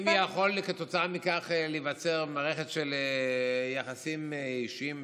אם יכולה כתוצאה מכך להיווצר מערכת של יחסים אישיים,